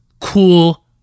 cool